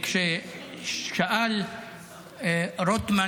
כששאל רוטמן